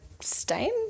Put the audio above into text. stain